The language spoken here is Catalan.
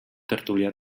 tertulià